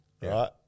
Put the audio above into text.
right